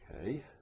okay